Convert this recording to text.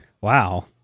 Wow